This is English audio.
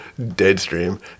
Deadstream